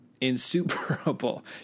Insuperable